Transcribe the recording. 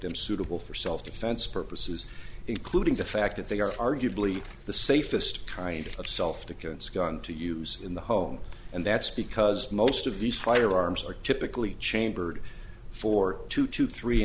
them suitable for self defense purposes including the fact that they are arguably the safest kind of self defense gun to use in the home and that's because most of these firearms are typically chambered for two to three